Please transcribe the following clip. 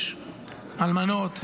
יש אלמנות,